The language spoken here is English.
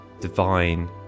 divine